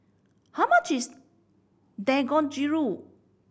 how much is Dangojiru